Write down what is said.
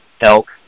elk